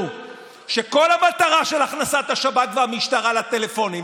שכל המטרה של הכנסת השב"כ והמשטרה לטלפונים,